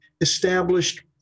established